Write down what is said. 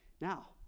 Now